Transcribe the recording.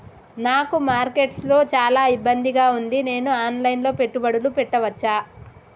నాకు మార్కెట్స్ లో చాలా ఇబ్బందిగా ఉంది, నేను ఆన్ లైన్ లో పెట్టుబడులు పెట్టవచ్చా?